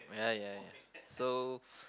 ya ya ya so